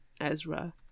Ezra